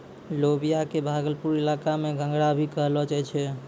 लोबिया कॅ भागलपुर इलाका मॅ घंघरा भी कहलो जाय छै